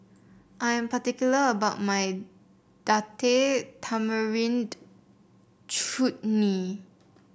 I am particular about my Tamarind Chutney